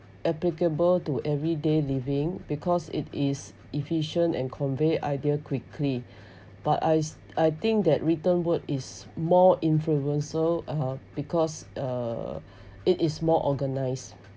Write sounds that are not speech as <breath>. applicable to everyday living because it is efficient and convey ideas quickly but I I think that written word is more influence uh because uh <breath> it is more organized